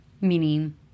meaning